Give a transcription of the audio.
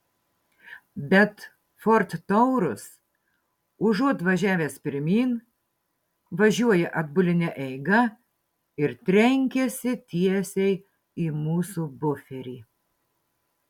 bet ford taurus užuot važiavęs pirmyn važiuoja atbuline eiga ir trenkiasi tiesiai į mūsų buferį